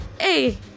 Hey